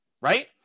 right